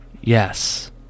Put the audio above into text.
Yes